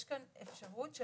יש כאן אפשרות של